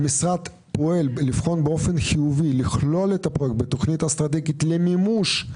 המשרד פועל לבחון באופן חיובי לכלול את הפרויקט בתכנית אסטרטגית למימוש.